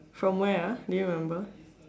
from where ah do you remember